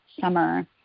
summer